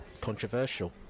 controversial